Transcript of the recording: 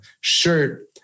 shirt